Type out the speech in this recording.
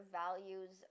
values